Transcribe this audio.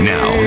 Now